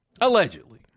allegedly